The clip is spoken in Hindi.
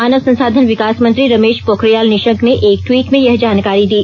मानव संसाधन विकासमंत्री रमेश पोखरियाल निशंक ने एक ट्वीट में यह जानकारी दी